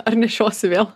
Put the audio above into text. ar nešiosi vėl